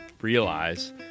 realize